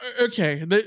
okay